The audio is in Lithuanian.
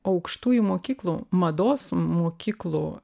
aukštųjų mokyklų mados mokyklų